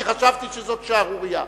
כי חשבתי שזאת שערורייה.